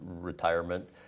retirement